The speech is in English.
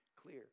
clear